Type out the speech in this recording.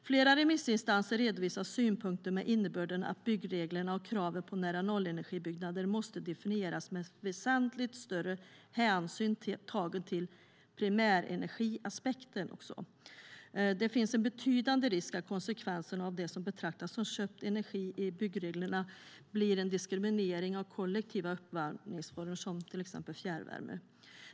Flera remissinstanser redovisar synpunkter med innebörden att byggreglerna och kraven på nära-nollenergibyggnader måste definieras med väsentligt större hänsyn tagen också till primärenergiaspekten. Det finns en betydande risk att konsekvenserna av det som betraktas som köpt energi i byggreglerna blir en diskriminering av kollektiva uppvärmningsformer, till exempel fjärrvärme.